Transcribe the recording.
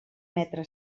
metre